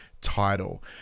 title